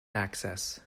access